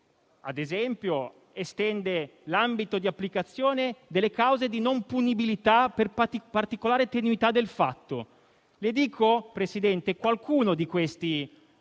ad esempio, estende l'ambito di applicazione delle cause di non punibilità per particolare tenuità del fatto. Elencherò, signor Presidente, qualcuno di questi